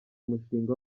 umushinga